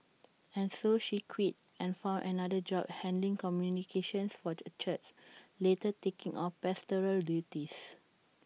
and so she quit and found another job handling communications for A church later taking on pastoral duties